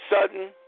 sudden